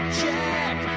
check